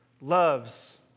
loves